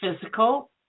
physical